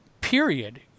period